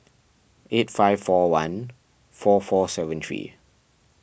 eight five four one four four seven three